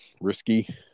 risky